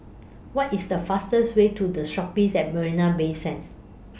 What IS The fastest Way to The Shoppes At Marina Bay Sands